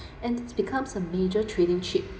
and it's becomes a major trading chip